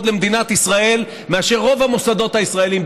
למדינת ישראל מאשר רוב המוסדות הישראליים,